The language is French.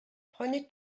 prenez